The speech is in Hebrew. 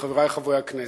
חברי חברי הכנסת,